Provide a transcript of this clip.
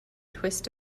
twist